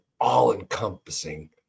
all-encompassing